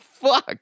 fuck